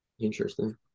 Interesting